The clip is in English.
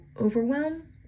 overwhelm